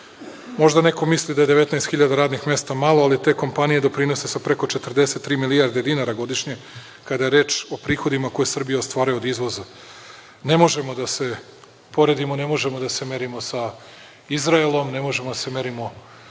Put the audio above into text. Možda neko misli da je 19 hiljada radnih mesta malo, ali te kompanije doprinose sa preko 43 milijardi dinara godišnje, kada je reč o prihodima koje Srbija ostvaruje od izvoza. Ne možemo da se poredimo, ne možemo da se merimo sa Izraelom, ne možemo da se merimo